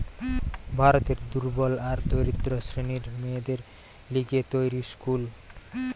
ভারতের দুর্বল আর দরিদ্র শ্রেণীর মেয়েদের লিগে তৈরী স্কুল